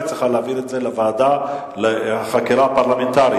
היית צריכה להעביר את זה לוועדת החקירה הפרלמנטרית,